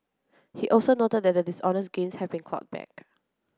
he also noted that the dishonest gains had been clawed back